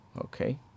okay